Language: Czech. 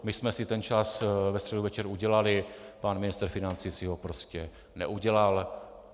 My jsme si ten čas ve středu večer udělali, pan ministr financí si ho prostě neudělal.